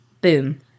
Boom